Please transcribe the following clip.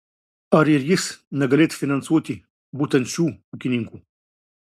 ar ir jis negalėtų finansuoti būtent šių ūkininkų